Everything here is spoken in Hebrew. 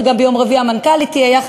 וגם ביום רביעי המנכ"לית תהיה,